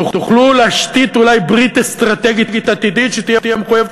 תוכלו להשתית אולי ברית אסטרטגית עתידית שתהיה מחויבת